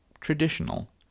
traditional